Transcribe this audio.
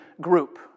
group